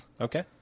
Okay